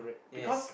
yes